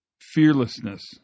Fearlessness